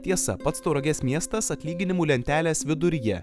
tiesa pats tauragės miestas atlyginimų lentelės viduryje